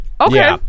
Okay